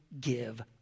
give